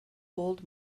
gold